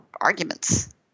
arguments